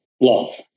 love